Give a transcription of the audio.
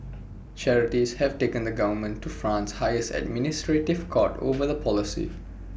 charities have taken the government to France's highest administrative court over the policy